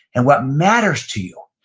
and what matters to you.